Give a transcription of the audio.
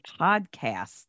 Podcast